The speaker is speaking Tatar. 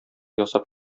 ясап